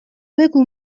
بگو